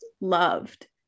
loved